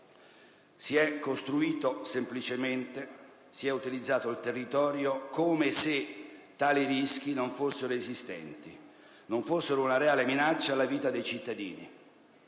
Si è costruito, semplicemente, si è utilizzato il territorio come se tali rischi non fossero esistenti e non costituissero una reale minaccia alla vita dei cittadini.